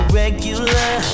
regular